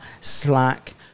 slack